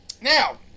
now